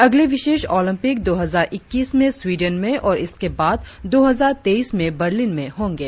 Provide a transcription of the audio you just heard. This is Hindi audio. अगले विशेष ओलम्पिक दो हजार इक्कीस में स्वीडन में और इसके बाद दो हजार तेइस में बर्लिन में होंगे